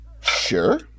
sure